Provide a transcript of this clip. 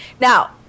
Now